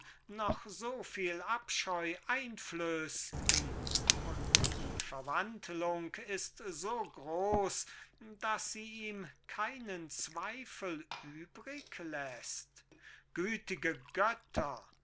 noch so viel abscheu einflößten und die verwandlung ist so groß daß sie ihm keinen zweifel übrig läßt gütige götter